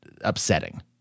upsetting